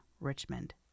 Richmond